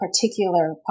particular